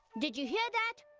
did you hear that?